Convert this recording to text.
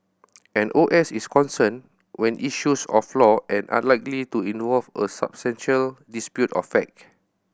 an O S is concerned with issues of law and unlikely to involve substantial dispute of fact